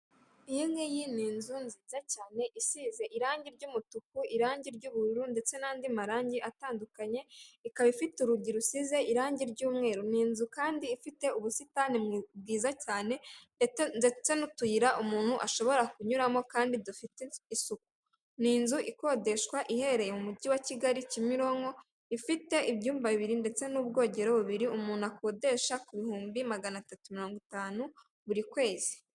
Iyi ngiyi ni inzu nziza cyane isize irangi ry'umutuku, irangi ry'ubururu ndetse n'andi marangi atandukanye ikaba ifite urugi rusize irangi ry'umweru . Ni inzu kandi ifite ubusitani bwiza cyane ndetse n'utuyira umuntu ashobora kunyuramo kandi dufite isuku. Ni inzu ikodeshwa iherereye mu mujyi wa kigali ,kimironko ifite ibyumba bibiri ndetse n'ubwogero bubiri umuntu ayikodesha ku bihumbi magana atatu na mirongo itanu buri kwezi .